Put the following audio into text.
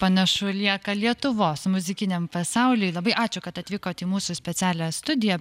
panašu lieka lietuvos muzikiniam pasauly labai ačiū kad atvykot į mūsų specialią studiją